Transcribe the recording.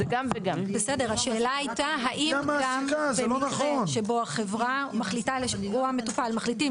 השאלה הייתה: האם גם במקרה שבו החברה או המטופל מחליטים